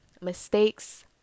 Mistakes